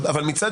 בוקר טוב,